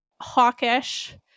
hawkish